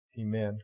Amen